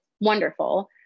wonderful